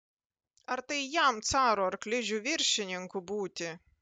ar tai jam caro arklidžių viršininku būti